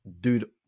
dude